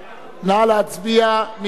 נא להצביע: מי בעד?